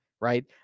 right